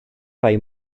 rhai